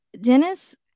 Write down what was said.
Dennis